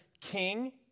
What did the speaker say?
king